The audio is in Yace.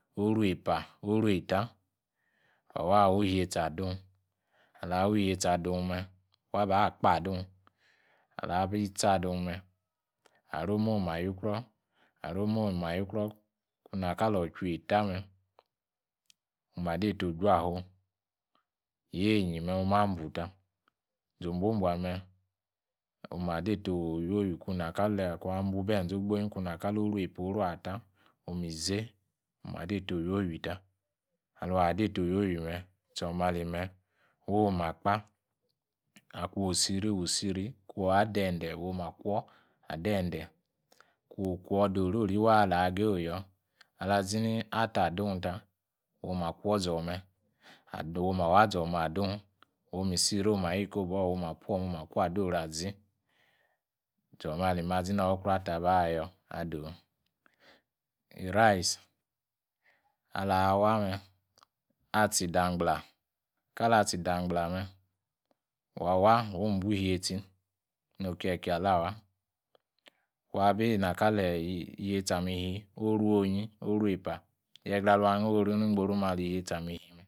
. Oru-epa oru eta wana awu inietsi adun alahwun ihletsi adunme waba akpa dun, alahwun itsiadunme arum amayukruo, arumayukruo inakali otual eta, oma’nyeita ojua’fu ayeinyi me omabuta zinombuobom omadata owowi kuna kali kumbubenze kuna kali oruepa, oruta omizei omade’ta owowita, aluna’deta owowime zomealime, wuomakpa akuosiri, kuwadi ororiwa alagaye oyor alazini ata adon’ ta woma kwor zome, wama wazome wama yi kobour iroru azi. Zomelime azini wa wukrow ata abayor ado’. Irice, alahwame, atsi-damgbla kali atsidamgbla me wa wa‘ wawa mbu iyetsi nokyekye alawa. Kuwabinakali iyetsi ame oru onyi, oru epa ye gra ala’ knorkoru nigboru ni iyetsi ame ishi aiun.